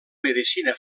medicina